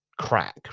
crack